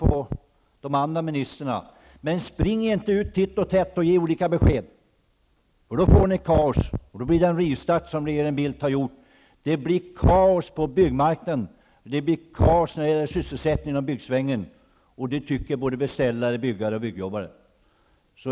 på de andra ministrarna, vet jag inte men spring inte titt och tätt ut och ge olika besked, för då blir det kaos. Då blir det kaos på byggmarknaden av den rivstart som regeringen Bildt har gjort. Det blir också kaos när det gäller sysselsättningen i byggsvängen. Det tycker beställare, byggare och byggjobbare.